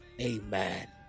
Amen